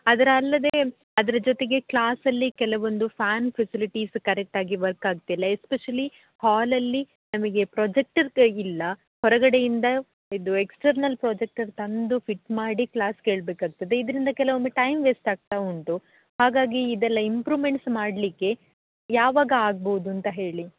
ಅದರ ಅಲ್ಲದೆ ಅದ್ರ ಜೊತೆಗೆ ಕ್ಲಾಸಲ್ಲಿ ಕೆಲವೊಂದು ಫ್ಯಾನ್ ಫೆಸಿಲಿಟೀಸ್ ಕರೆಕ್ಟಾಗಿ ವರ್ಕ್ ಆಗ್ತಿಲ್ಲ ಎಸ್ಪೆಶಲಿ ಹಾಲಲ್ಲಿ ನಮಗೆ ಪ್ರಾಜೆಕ್ಟರ್ ಕ ಇಲ್ಲ ಹೊರಗಡೆಯಿಂದ ಇದು ಎಕ್ಸ್ಟರ್ನಲ್ ಪ್ರಾಜೆಕ್ಟರ್ ತಂದು ಫಿಟ್ ಮಾಡಿ ಕ್ಲಾಸ್ ಕೇಳಬೇಕಾಗ್ತದೆ ಇದರಿಂದ ಕೆಲವೊಮ್ಮೆ ಟೈಮ್ ವೇಸ್ಟ್ ಆಗ್ತಾ ಉಂಟು ಹಾಗಾಗಿ ಇದೆಲ್ಲ ಇಂಪ್ರೂಮೆಂಟ್ಸ್ ಮಾಡಲಿಕ್ಕೆ ಯಾವಾಗ ಆಗ್ಬೋದು ಅಂತ ಹೇಳಿ